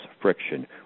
friction